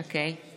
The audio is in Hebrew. אוקיי.